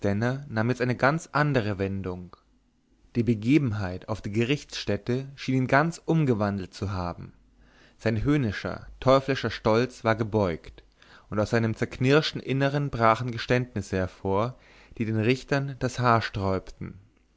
jetzt eine ganz andere wendung die begebenheit auf der gerichtsstätte schien ihn ganz umgewandelt zu haben sein höhnender teuflischer stolz war gebeugt und aus seinem zerknirschten innern brachen geständnisse hervor die den richtern das haar sträubten